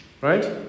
Right